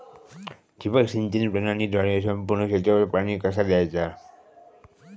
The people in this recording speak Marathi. ठिबक सिंचन प्रणालीद्वारे संपूर्ण क्षेत्रावर पाणी कसा दयाचा?